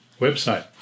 website